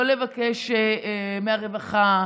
לא לבקש מהרווחה,